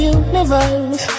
universe